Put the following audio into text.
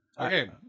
Okay